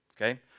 Okay